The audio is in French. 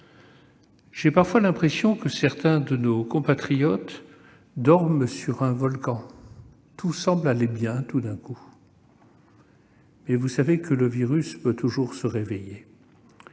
J'ai parfois l'impression que certains de nos compatriotes dorment sur un volcan : tout semble aller bien, mais vous savez que le virus peut toujours se réveiller.